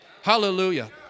Hallelujah